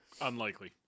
Unlikely